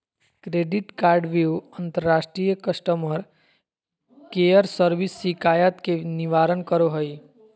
credit कार्डव्यू अंतर्राष्ट्रीय customer care service शिकायत के निवारण करो हइ